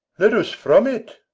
let us from it.